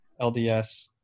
LDS